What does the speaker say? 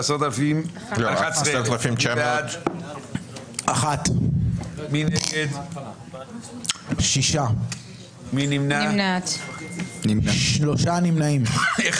בעד, נגד או נמנעים, אנחנו לא על